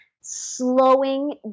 slowing